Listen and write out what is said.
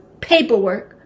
paperwork